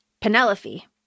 penelope